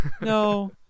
no